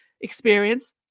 experience